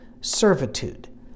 servitude